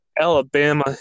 Alabama